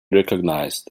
recognised